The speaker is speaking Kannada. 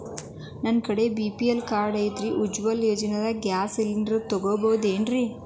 ನನ್ನ ಕಡೆ ಬಿ.ಪಿ.ಎಲ್ ಕಾರ್ಡ್ ಐತ್ರಿ, ಉಜ್ವಲಾ ಯೋಜನೆದಾಗ ಗ್ಯಾಸ್ ಸಿಲಿಂಡರ್ ತೊಗೋಬಹುದೇನ್ರಿ?